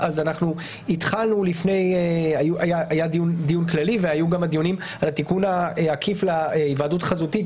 היה דיון כללי והיו גם דיונים על התיקון העקיף להיוועדות חזותית,